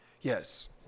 yes